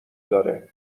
داره